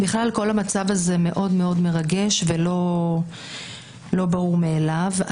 בכלל כל המצב הזה מאוד מאוד מרגש ולא ברור מאליו.